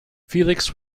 felix